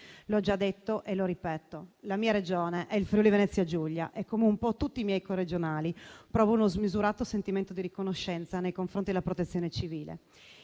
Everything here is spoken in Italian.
L'ho già detto e lo ripeto: la mia Regione è il Friuli-Venezia Giulia e, come un po' tutti i miei corregionali, provo uno smisurato sentimento di riconoscenza nei confronti della Protezione civile.